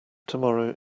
tomorrow